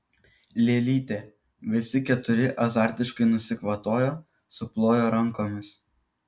lėlytė visi keturi azartiškai nusikvatojo suplojo rankomis